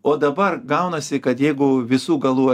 o dabar gaunasi kad jeigu visų galų